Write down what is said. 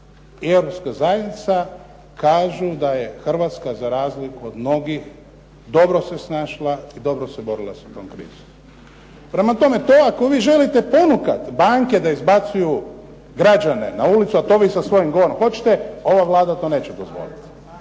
i europska zajednica kažu da je Hrvatska za razliku od mnogih dobro se snašla i dobro se borila sa tom krizom. Prema tome, to ako vi želite ponukat banke da izbacuju građane na ulicu, a to vi sa svojim govorom hoćete, ova Vlada to neće dozvoliti